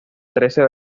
trece